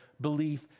belief